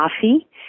coffee